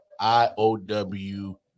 IOW